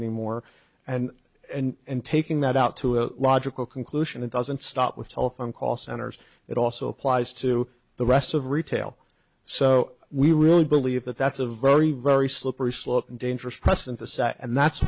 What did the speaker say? anymore and and taking that out to a logical conclusion it doesn't stop with telephone call centers it also applies to the rest of retail so we really believe that that's a very very slippery slope and dangerous precedent to set and that's